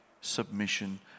submission